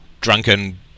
drunken